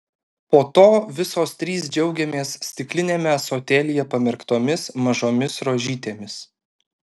po to visos trys džiaugiamės stikliniame ąsotėlyje pamerktomis mažomis rožytėmis